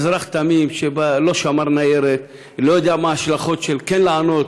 אזרח תמים שלא שמר ניירת ולא יודע מה ההשלכות של כן לענות,